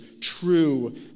true